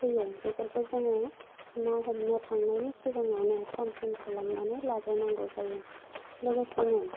फैयो बेफोरखौ जोङो ना हमनो थांनायनि सिगाङावनो थाम थिम खालामनानै लाग्रोनांगौ जायो लोगोसेनो